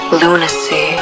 lunacy